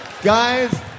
Guys